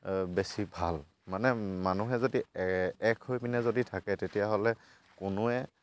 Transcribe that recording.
বেছি ভাল মানে মানুহে যদি এই এক হৈ পিনে যদি থাকে তেতিয়াহ'লে কোনোৱে